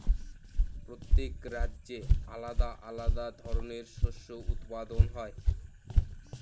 প্রত্যেক রাজ্যে আলাদা আলাদা ধরনের শস্য উৎপাদন হয়